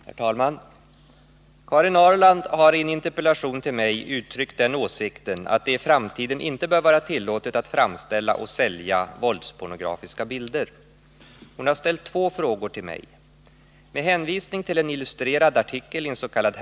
Herr talman! Karin Ahrland har i en interpellation till mig uttryckt den åsikten att det i framtiden inte bör vara tillåtet att framställa och sälja våldspornografiska bilder. Hon har ställt två frågor till mig. Med hänvisning till en illustrerad artikeliens.k.